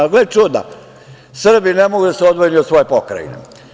Ali, gle čuda, Srbi ne mogu da se odvoje ni od svoje pokrajine.